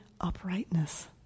uprightness